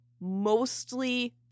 Mostly